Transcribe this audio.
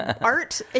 art